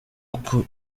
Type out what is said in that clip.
uko